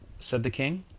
said the king.